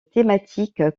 thématique